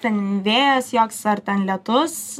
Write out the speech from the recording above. ten vėjas joks ar ten lietus